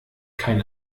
kein